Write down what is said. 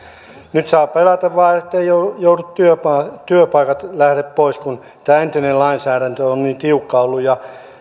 nyt saa pelätä vain etteivät työpaikat työpaikat lähde pois kun tämä entinen lainsäädäntö on niin tiukka ollut